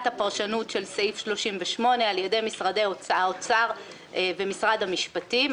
הפרשנות של סעיף 38 על ידי משרד האוצר ומשרד המשפטים.